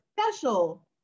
special